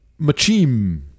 machim